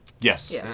Yes